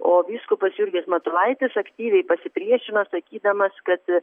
o vyskupas jurgis matulaitis aktyviai pasipriešino sakydamas kad